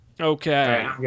Okay